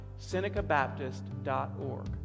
SenecaBaptist.org